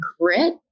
grit